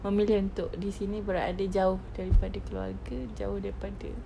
familiar untuk di sini berada jauh daripada keluarga jauh daripada